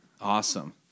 Awesome